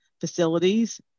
facilities